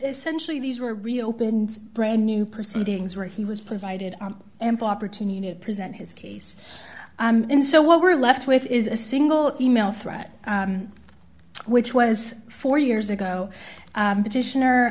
essentially these were reopened brand new proceedings where he was provided ample opportunity to present his case in so what we're left with is a single e mail threat which was four years ago petition